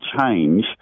change